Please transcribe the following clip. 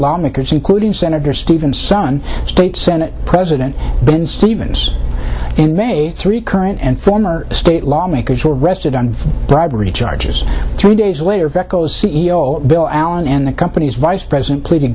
lawmakers including senator stephen son state senate president ben stevens and a three current and former state lawmakers who were arrested on bribery charges three days later veco c e o bill allen and the company's vice president pleaded